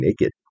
naked